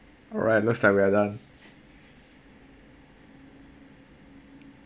alright looks like we're done